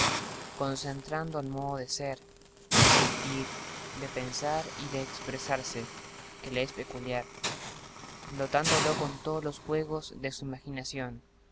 concentrando el modo de ser de sentir de pensar y de expresarse que les es peculiar dotándolo con todos los juegos de su imaginación